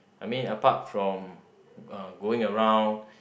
I mean apart from uh going around